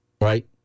right